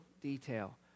detail